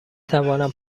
توانم